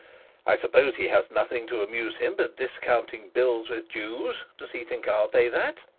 i suppose he has nothing to amuse him but discounting bills with jews. does he think i'll pay that